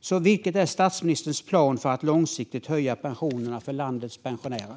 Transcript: Så vilken är statsministerns plan för att långsiktigt höja pensionerna för landets pensionärer?